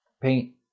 paint